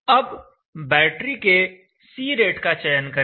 अब बैटरी के C rate का चयन करें